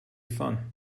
fun